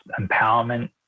empowerment